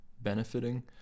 benefiting